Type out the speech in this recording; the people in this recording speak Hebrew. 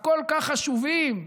הכל-כך חשובים,